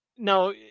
Now